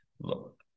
look